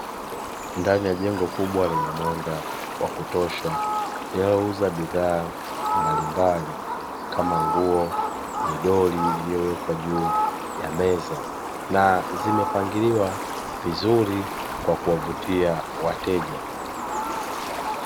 Ndani ya jengo kubwa lenye mwanga wa kutosha, linalouza bidhaa mbalimbali kama: nguo, midoli iliyowekwa juu ya meza, na zimepangiliwa vizuri kwa kuwavutia wateja.